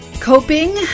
coping